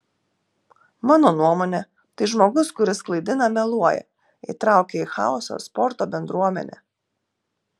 mano nuomone tai žmogus kuris klaidina meluoja įtraukia į chaosą sporto bendruomenę